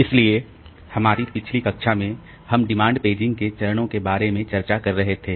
इसलिए हमारी पिछली कक्षा में हम डिमांड पेजिंग के चरणों के बारे में चर्चा कर रहे थे